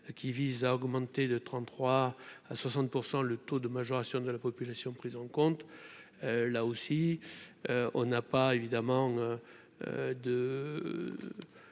qui vise à augmenter de 33 à 60 % le taux de majoration de la population prise en compte, là aussi, on n'a pas évidemment de